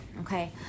okay